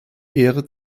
ehre